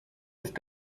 ist